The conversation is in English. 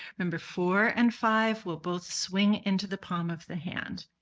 remember four and five will both swing into the palm of the hand.